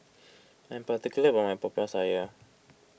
I'm particular about my Popiah Sayur